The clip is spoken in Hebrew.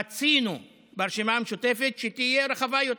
רצינו ברשימה המשותפת שהיא תהיה רחבה יותר,